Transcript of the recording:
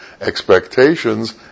Expectations